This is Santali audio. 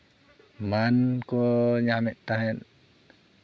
ᱢᱟᱹᱱ ᱠᱚ ᱧᱟᱢᱮᱜ ᱛᱟᱦᱮᱸᱜ